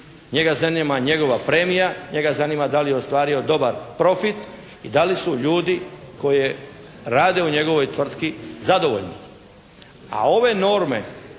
Njega zanima njega premija, njega zanima da li je ostvario dobar profit i da li su ljudi koji rade u njegovoj tvrtki zadovoljni.